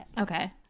Okay